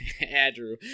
Andrew